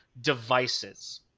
devices